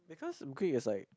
because Greek is like